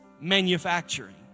Manufacturing